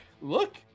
look